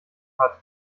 hat